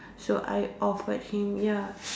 so I offered him ya